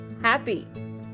happy